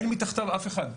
אין מתחתיו אף אחד.